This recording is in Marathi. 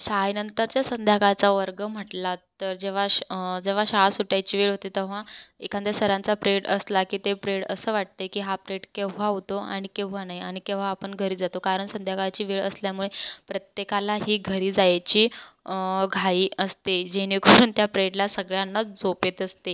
शाळेनंतरचा संध्याकाळचा वर्ग म्हटला तर जेव्हा श जेव्हा शाळा सुटायची वेळ होते तेव्हा एखांद्या सरांचा प्रेड असला की ते प्रेड असं वाटते की हा प्रेड केव्हा होतो आणि केव्हा नाही आणि केव्हा आपण घरी जातो कारण संध्याकाळची वेळ असल्यामुळे प्रत्येकाला ही घरी जायची घाई असते जेणेकरून त्या प्रेडला सगळ्यांनाच झोप येत असते